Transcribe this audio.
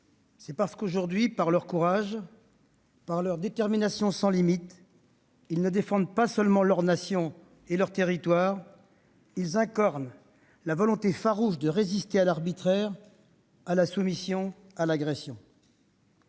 c'est parce qu'aujourd'hui, par leur courage, par leur détermination sans limite, ils ne défendent pas seulement leur nation et leur territoire : ils incarnent la volonté farouche de résister à l'arbitraire, à la soumission, à l'agression.